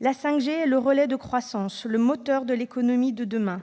La 5G est le relais de croissance, le moteur de l'économie de demain.